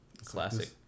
classic